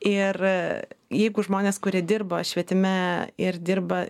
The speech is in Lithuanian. ir jeigu žmonės kurie dirba švietime ir dirba